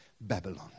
Babylon